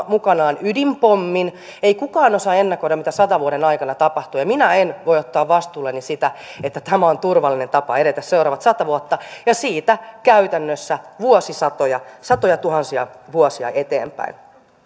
mukanaan ydinpommin ei kukaan osaa ennakoida mitä sadan vuoden aikana tapahtuu ja minä en voi ottaa vastuulleni sitä että tämä on turvallinen tapa edetä seuraavat sata vuotta ja siitä käytännössä vuosisatoja satojatuhansia vuosia eteenpäin